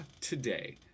Today